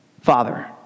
Father